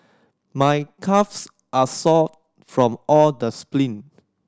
my calves are sore from all the